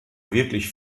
wirklich